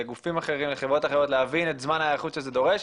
לגופים אחרים ולחברות אחרות להבין את זמן ההיערכות שזה דורש.